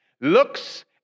looks